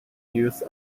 use